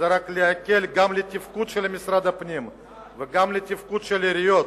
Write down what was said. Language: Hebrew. שבאה רק להקל גם על תפקוד משרד הפנים וגם על תפקוד העיריות,